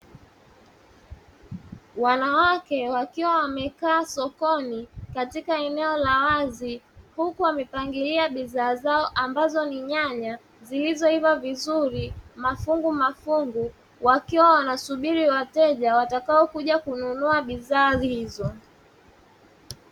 Wanawake wakiwa wamekaa sokoni katika eneo la wazi, huku wamepangilia bidhaa zao, ambazo ni nyanya zilizoiva vizuri mafungumafungu. Wakiwa wanasubiri wateja watakaokuja kununua bidhaa hizo.